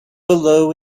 below